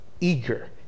eager